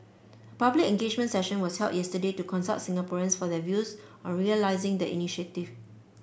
a public engagement session was held yesterday to consult Singaporeans for their views on realising the initiative